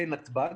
בנתב"ג.